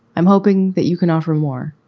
i'm hoping that you can offer more.